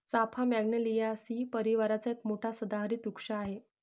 चाफा मॅग्नोलियासी परिवाराचा एक मोठा सदाहरित वृक्ष आहे